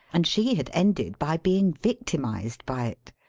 and she had ended by being victimised by it.